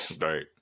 Right